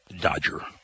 dodger